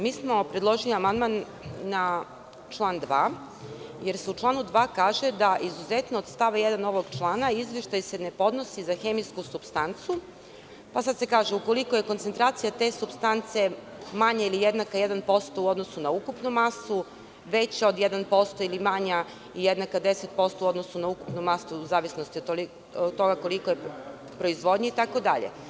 Mi smo predložili amandman na član 2, jer se u članu 2. kaže da izuzetno od stava 1. ovog člana izveštaj se ne podnosi za hemijsku supstancu, pa se kaže – ukoliko je koncentracija te supstance manja ili jednaka 1% u odnosu na ukupnu masu, veća od 1%, ili manja ili jednaka 10% u odnosu na ukupnu masu, u zavisnosti od toga kolika je proizvodnja itd.